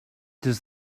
does